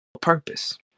purpose